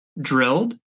drilled